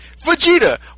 Vegeta